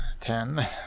ten